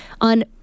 on